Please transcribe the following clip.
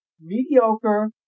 mediocre